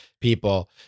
people